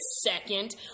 second